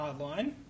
Hardline